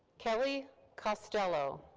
kelly costello.